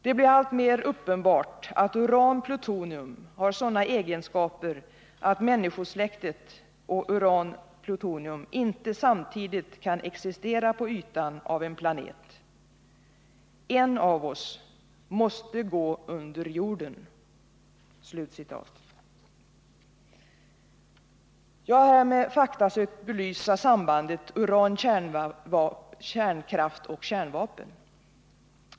Det blir alltmer uppenbart att uran-plutonium har sådana egenskaper att människosläktet och uran-plutonium inte samtidigt kan existera på ytan av en planet. En av oss måste gå under jorden.” Jag har här med fakta sökt belysa sambandet uran-kärnkraft-kärnvapen.